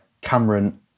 Cameron